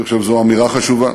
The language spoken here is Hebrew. אני חושב שזו אמירה חשובה.